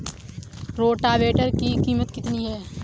Rotavator की कीमत कितनी है?